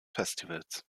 festivals